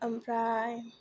ओमफ्राय